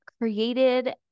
created